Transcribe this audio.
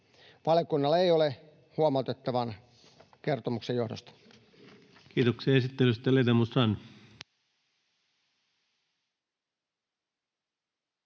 Valiokunnalla ei ole huomautettavaa kertomuksen johdosta. [Speech